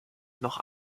noch